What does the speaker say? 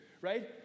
Right